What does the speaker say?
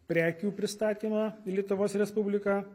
prekių pristatymą į lietuvos respubliką